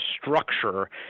structure